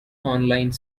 online